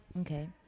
Okay